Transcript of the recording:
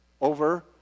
over